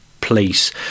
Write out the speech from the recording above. police